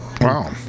Wow